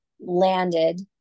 landed